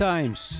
Times